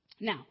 Now